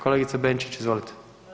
Kolegice Benčić, izvolite.